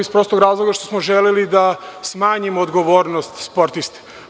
Iz razloga što smo želeli da smanjimo odgovornost sportista.